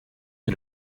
que